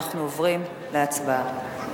אנחנו עוברים להצבעה.